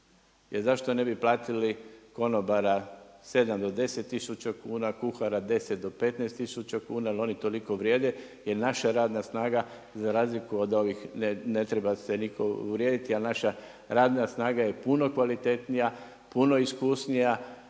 Jer zašto ne bi platili konobara 7 do 10000 kuna, kuhara 10 do 15000 kuna jer oni toliko vrijede, jer naša radna snaga za razliku od ovih ne treba se nitko uvrijediti ali naša radna snaga je puno kvalitetnija, puno iskusnija